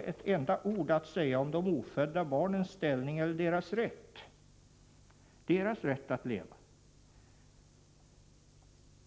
ett enda ord att säga om de ofödda barnens rätt att leva.